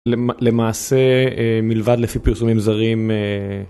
למעשה מלבד לפי פרסומים זרים